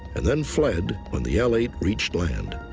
and then, fled when the l eight reached land.